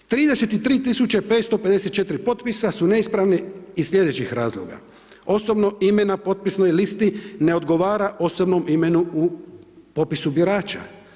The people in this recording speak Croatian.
33 tisuće 554 potpisa su neispravni iz sljedećih razloga, osobnog imena na potpisnoj listi ne odgovara osobnom imenu u popisu birača.